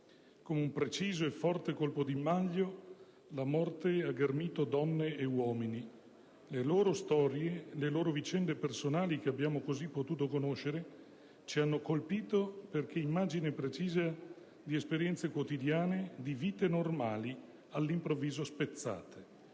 Con un preciso e forte colpo di maglio, la morte ha ghermito donne e uomini; le loro storie, le loro vicende personali, che abbiamo così potuto conoscere, ci hanno colpito perché immagini precise di esperienze quotidiane, di vite normali all'improvviso spezzate.